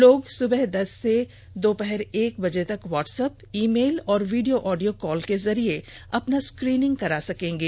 लोग सुबह दस से दोपहर एक बजे तक व्हाट्स एप्प ई मेल और वीडियो ऑडियो कॉल के जरिए अपना स्क्रोनिंग करा सकेंगे